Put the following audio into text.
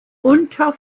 unter